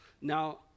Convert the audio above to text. Now